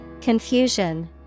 Confusion